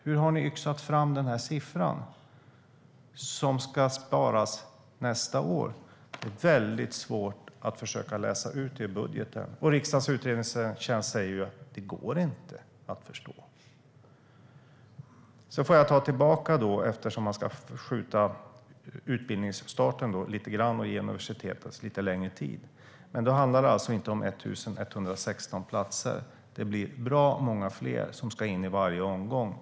Hur har ni yxat fram den här siffran som ska sparas nästa år? Det är väldigt svårt att utläsa det av budgeten. Riksdagens utredningstjänst säger att det inte går att förstå. Eftersom man ska skjuta upp utbildningsstarten lite grann och ge universiteten lite längre tid får jag väl ta tillbaka det. Men då handlar det alltså inte om 1 116 platser. Det blir bra många fler som ska in i varje omgång.